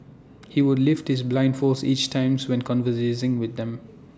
he would lift his blinding foes each times when with them